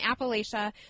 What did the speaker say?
Appalachia